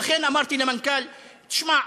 ולכן אמרתי למנכ"ל: תשמע,